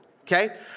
okay